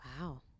Wow